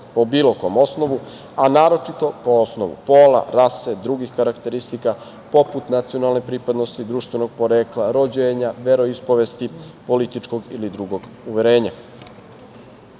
po bilo kom osnovu, a naročito po osnovu pola, rase, drugih karakteristika, poput nacionalne pripadnosti, društvenog porekla, rođenja, veroispovesti, političkog ili drugog uverenja. Oblast